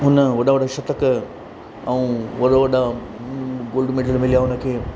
हुन वॾा वॾा शतक ऐं वॾा वॾा गोल्ड मेडल मिलिया उन खे